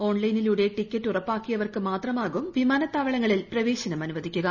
ഓൺലൈനിലൂടെ ടിക്കറ്റ് ഉറപ്പാക്കിയവർക്ക് മാത്രമാകും വിമാനത്താവളങ്ങളിൽ അനുവദിക്കുക